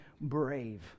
brave